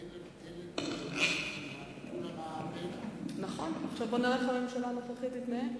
חוק ההסדרים הקודם מתכוון לבטל את ביטול המע"מ